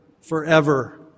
forever